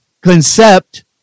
concept